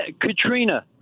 Katrina